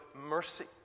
mercy